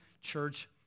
church